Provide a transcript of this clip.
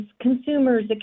consumers